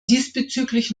diesbezüglich